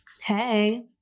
Hey